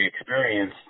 experience